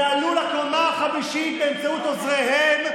ועלו לקומה החמישית באמצעות עוזריהם,